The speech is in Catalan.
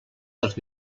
dels